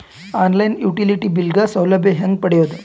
On line utility bill ಗ ಸೌಲಭ್ಯ ಹೇಂಗ ಪಡೆಯೋದು?